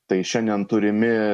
tai šiandien turimi